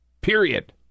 Period